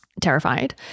terrified